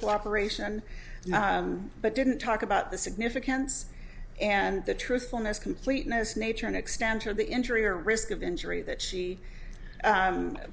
two operation but didn't talk about the significance and the truthfulness completeness nature and extent of the injury or risk of injury that she